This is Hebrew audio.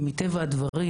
ומטבע הדברים,